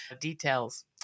details